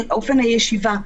אופן הישיבה.